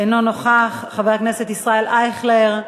אינו נוכח, חבר הכנסת ישראל אייכלר,